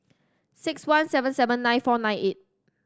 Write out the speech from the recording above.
six one seven seven nine four nine eight